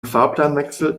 fahrplanwechsel